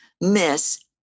miss